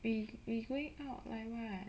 we we going out like what